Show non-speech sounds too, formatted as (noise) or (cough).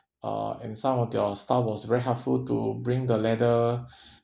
uh and some of your staff was very helpful to bring the ladder (breath)